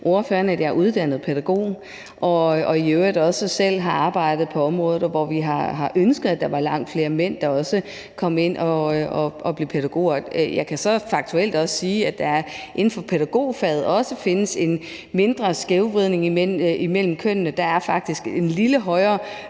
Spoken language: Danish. ordføreren, at jeg er uddannet pædagog og i øvrigt også selv har arbejdet på området, og hvor vi har ønsket, at der var langt flere mænd, der også kom ind og blev pædagoger. Jeg kan så faktuelt også sige, at der inden for pædagogfaget også findes en mindre skævvridning mellem kønnene. Der er faktisk en lidt højere